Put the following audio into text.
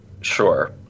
Sure